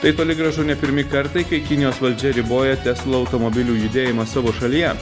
tai toli gražu ne pirmi kartai kai kinijos valdžia riboja tesla automobilių judėjimą savo šalyje